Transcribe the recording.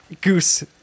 Goose